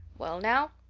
well now,